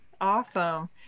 Awesome